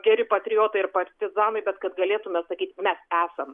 geri patriotai ir partizanai bet kad galėtume sakyt mes esam